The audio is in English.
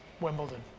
Wimbledon